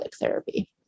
therapy